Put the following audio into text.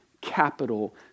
capital